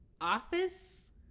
office